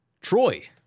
Troy